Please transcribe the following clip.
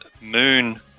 moon